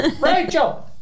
Rachel